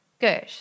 Good